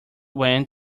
wand